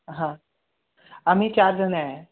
हां आम्ही चारजण आहे